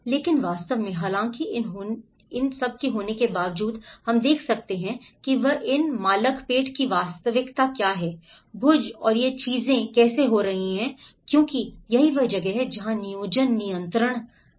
लेकिन वास्तव में हालांकि इन होने के बावजूद हम जो देख सकते हैं वह इन मालकपेट की वास्तविकता है भुज और ये चीजें कैसे हो रही हैं क्योंकि यही वह जगह है जहां नियोजन नियंत्रण है